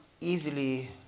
easily